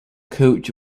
coach